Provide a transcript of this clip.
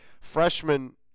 freshman